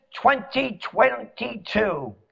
2022